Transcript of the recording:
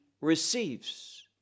receives